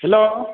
hello